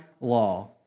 law